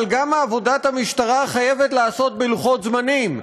אבל גם עבודת המשטרה חייבת להיעשות בלוחות זמנים.